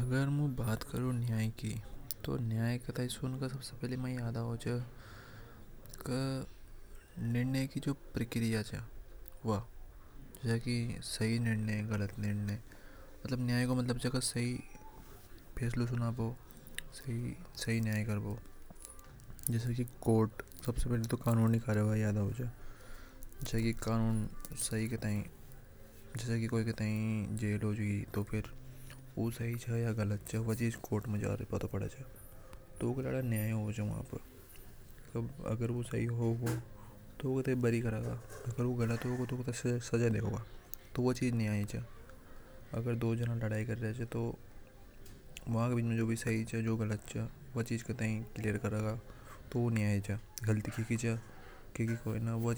अगर मु बात करु न्याय की तो न्याय की जो प्रक्रिया च। व शी निर्णय गलत निर्णय सही फैसलों सुनाबो। सही न्याय कारणों सबसे पहले तो कानून के बारे में याद आवे जैसे किसी को जेल होगी तो वो सही च की गलत च तो ऊके लार न्याय होगा अगर वो गलत होगा तो सजा मिलेगी ओर सही होगा तो माफी तो वो न्याय। च अग्र दो जाना लड़ाई करेगा तो उनमें कौन गलत कौन सही का पता लगाने न्याय च गलती कीइकी च यूको पतों लगाबो